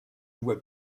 voie